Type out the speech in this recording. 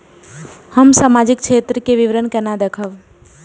हम सामाजिक क्षेत्र के विवरण केना देखब?